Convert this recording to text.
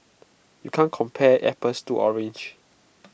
you can't compare apples to oranges